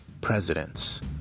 presidents